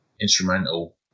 instrumental